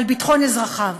על ביטחון אזרחיו.